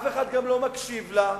אף אחד גם לא מקשיב לה,